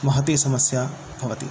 महती समस्या भवति